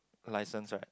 license right